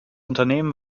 unternehmen